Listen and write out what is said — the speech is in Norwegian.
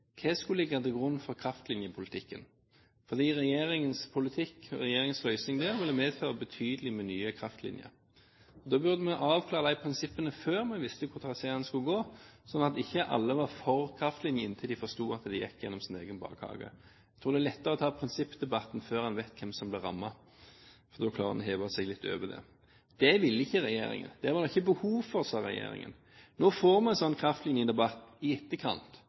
Hva skulle ligge til grunn for kraftlinjepolitikken? Regjeringens politikk og regjeringens løsning ville medføre mange nye kraftlinjer. Da burde vi avklart de prinsippene før vi visste hvor traseen skulle gå, sånn at ikke alle var for kraftlinjene inntil de forsto at de gikk gjennom deres egen bakhage. Jeg tror det er lettere å ta prinsippdebatten før en vet hvem som blir rammet, for da klarer en å heve seg litt over det. Det ville ikke regjeringen. Det var det ikke behov for, sa regjeringen. Nå får vi en sånn